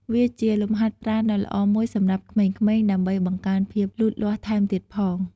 វាជាលំហាត់ប្រាណដ៏ល្អមួយសម្រាប់ក្មេងៗ ដើម្បីបង្កើនភាពលូតលាស់ថែមទៀតផង។